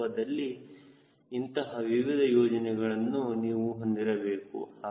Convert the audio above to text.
ವಾಸ್ತವದಲ್ಲಿ ಇಂತಹ ವಿವಿಧ ಸಂಯೋಜನೆಗಳನ್ನು ನೀವು ಹೊಂದಿರಬೇಕು